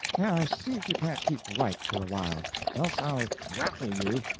now see if you can't keep right for a while else i'll raffle you!